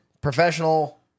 professional